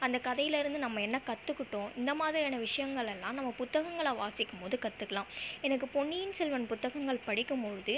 அந்த கதைலருந்து நம்ம என்ன கற்றுகுட்டோம் இந்தமாதிரியான விஷயங்களெல்லாம் நம்ம புத்தகங்களை வாசிக்கும் போது கற்றுக்குலாம் எனக்கு பொன்னியின் செல்வன் புத்தகங்கள் படிக்கும் பொழுது